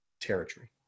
territory